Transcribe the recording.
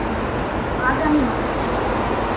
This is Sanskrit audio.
हा आगामि मासे आ